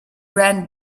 ran